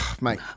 mate